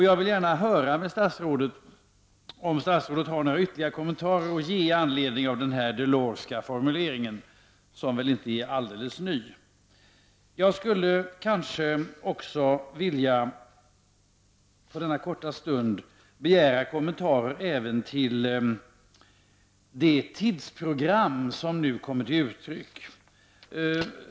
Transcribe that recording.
Jag undrar om statsrådet har några ytterligare kommentarer att göra med anledning av den här formuleringen från Jacques Delors sida, som väl inte är helt ny. Jag skulle även vilja begära en kommentar till det tidsprogram som nu kommer till uttryck.